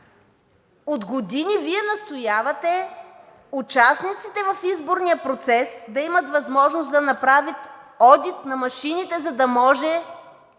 От години Вие настоявате участниците в изборния процес да имат възможност да направят одит на машините, за да може